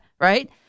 Right